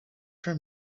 for